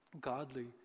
godly